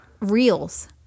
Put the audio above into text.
Reels